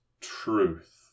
truth